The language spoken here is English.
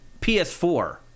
ps4